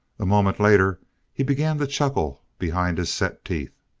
a moment later he began to chuckle behind his set teeth.